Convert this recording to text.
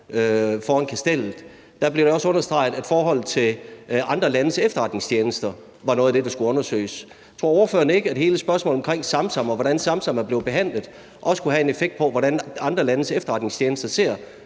foran Kastellet, blev det også understreget, at forholdet til andre landes efterretningstjenester var noget af det, der skulle undersøges. Tror ordføreren ikke, at hele spørgsmålet omkring Samsam, og hvordan Samsam er blevet behandlet, også kunne have en effekt på, hvordan andre landes efterretningstjenester ser